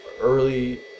early